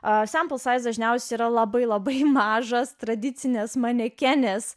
esą balsais dažniausiai yra labai labai mažas tradicinės manekenės